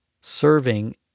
serving